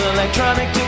Electronic